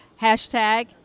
Hashtag